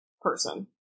person